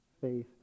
faith